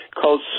called